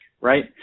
right